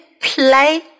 play